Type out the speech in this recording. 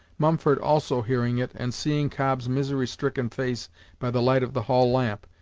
mumford, also hearing it, and seeing cobb's misery-stricken face by the light of the hall lamp,